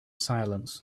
silence